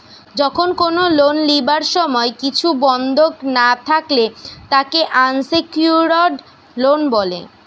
যখন কোনো লোন লিবার সময় কিছু বন্ধক না থাকলে তাকে আনসেক্যুরড লোন বলে